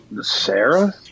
Sarah